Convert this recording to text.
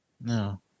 no